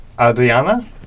Adriana